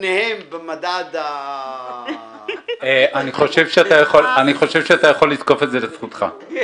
לפניהם במדד ה --- אני חושב שאתה יכול לזקוף את זה לזכותך.